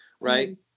right